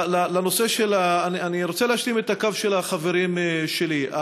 אני רוצה להשלים את הקו של החברים שלי.